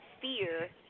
fear